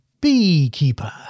Beekeeper